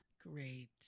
Great